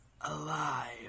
alive